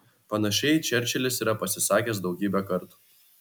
panašiai čerčilis yra pasisakęs daugybę kartų